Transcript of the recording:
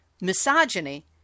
misogyny